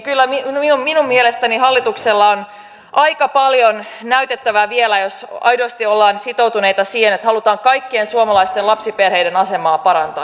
kyllä minun mielestäni hallituksella on aika paljon näytettävää vielä jos aidosti ollaan sitoutuneita siihen että halutaan kaikkien suomalaisten lapsiperheiden asemaa parantaa